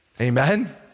Amen